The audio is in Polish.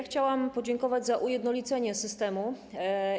Chciałam podziękować za ujednolicenie systemu.